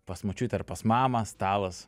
pas močiutę ar pas mamą stalas